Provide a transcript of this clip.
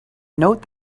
note